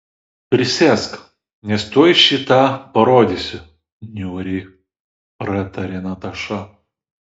prisėsk nes tuoj šį tą parodysiu niūriai pratarė nataša